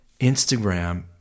Instagram